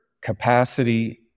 capacity